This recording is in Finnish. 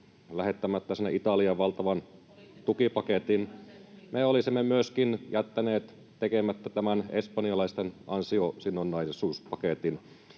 Olitte kuitenkin myymässä Uniperin!] me olisimme myöskin jättäneet tekemättä tämän espanjalaisten ansiosidonnaisuuspaketin.